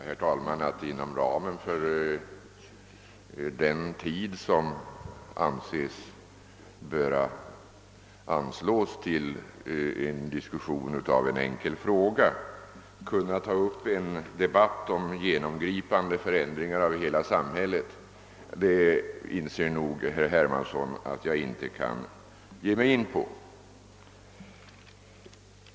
Herr talman! Att inom ramen för den tid, som anses böra anslås till en diskussion av en enkel fråga, kunna ta upp en debatt om genomgripande förändringar av hela samhället, det inser nog herr Hermansson att jag inte kan ge mig in på.